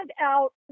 out